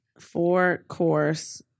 Four-course